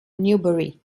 newbury